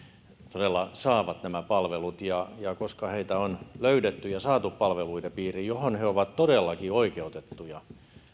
todella saavat nämä palvelut ja ja koska heitä on löydetty ja saatu niiden palveluiden piiriin joihin he ovat todellakin oikeutettuja